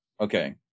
Okay